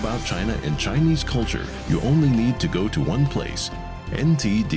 about china in chinese culture you only need to go to one place in